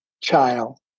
child